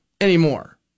anymore